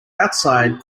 outside